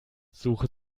suche